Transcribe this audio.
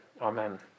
Amen